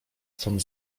stąd